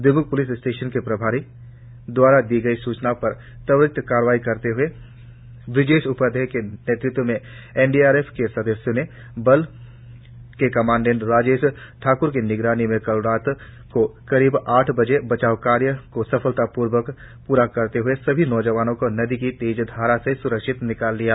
दोईम्ख police station के प्रभारी दवारा दी गई सूचना पर त्वरित कार्रवाई करते हए ब्रजेश उपाध्याय के नेतृत्व में एन डी आर एफ के सदस्यों ने बल के कमांडेंट राजेश ठाक्र की निगरानी में कल रात को करीब आठ बजे बचाव कार्य को सफलतापूर्वक पूरा करते हए सभी नौजवानों को नदी की धारा से सुरक्षित निकाल लिया